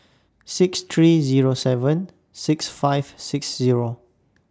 six three Zero seven six five six Zero